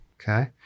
Okay